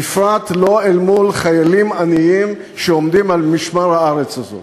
בפרט לא אל מול חיילים עניים שעומדים על משמר הארץ הזאת.